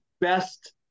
best